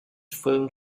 filmed